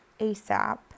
ASAP